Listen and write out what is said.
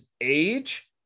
age